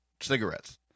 cigarettes